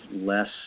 less